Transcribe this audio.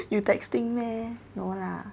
you texting meh no lah